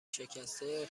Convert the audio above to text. شکسته